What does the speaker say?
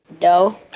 No